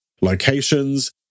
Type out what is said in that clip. locations